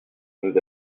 nous